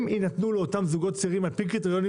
הן יינתנו לזוגות צעירים על-פי קריטריונים